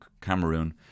Cameroon